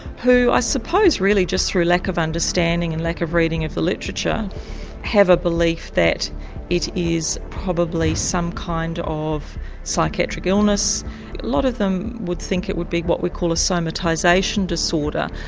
who i suppose really just through a lack of understanding and lack of reading of the literature have a belief that it is probably some kind of psychiatric illness lot of them would think it would be what we call a somatisation disorder,